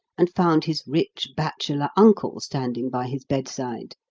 and found his rich bachelor uncle standing by his bedside.